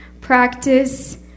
practice